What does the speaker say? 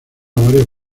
varios